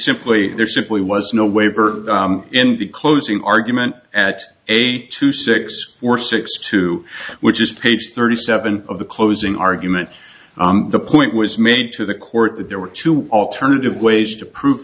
simply there simply was no waiver in the closing argument at eight to six or six two which is page thirty seven of the closing argument the point was made to the court that there were two alternative ways to prove